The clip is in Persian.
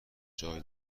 جای